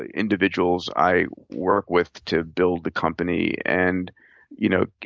individuals i work with to build the company. and you know